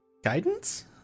Guidance